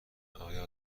آیا